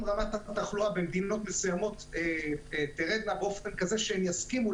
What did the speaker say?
רמת התחלואה במדינות מסוימות תרד באופן כזה שהם יסכימו